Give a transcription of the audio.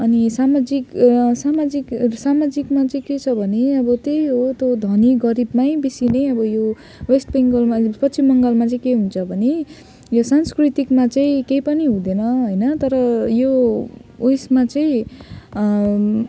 अनि सामाजिक सामाजिक सामाजिकमा चाहिँ के छ भने अब त्यही हो त्यो धनी गरिबमा नै बेसी नै अब यो वेस्ट बङ्गालमा पश्चिम बङ्गालमा चाहिँ के हुन्छ भने यो सांस्कृतिकमा चाहिँ केही पनि हुँदैन होइन तर यो उयसमा चाहिँ